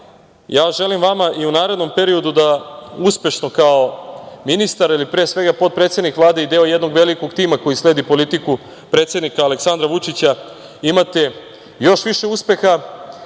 ja želim vama i u narednom periodu da uspešno kao ministar ili, pre svega, potpredsednik Vlade i deo jednog velikog tima koji sledi politiku predsednika Aleksandra Vučića imate još više uspeha,